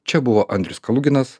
čia buvo andrius kaluginas